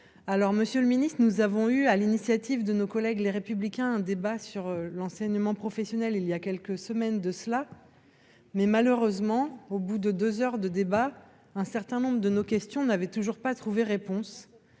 alors Monsieur le Ministre, nous avons eu à l'initiative de nos collègues Les Républicains : débat sur l'enseignement professionnel, il y a quelques semaines de cela mais malheureusement au bout de 2 heures de débats, un certain nombre de nos questions n'avaient toujours pas trouvé réponse,